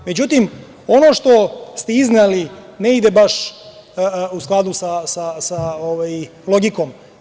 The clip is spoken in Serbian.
Međutim, ono što ste izneli, ne ide baš u skladu sa logikom.